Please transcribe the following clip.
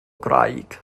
graig